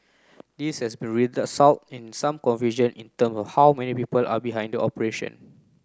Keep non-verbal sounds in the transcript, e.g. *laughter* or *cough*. this has *unintelligible* resulted in some confusion in term of how many people are behind operation